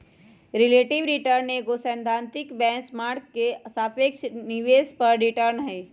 relative return एगो सैद्धांतिक benchmark के सापेक्ष निवेश पर रिटर्न हइ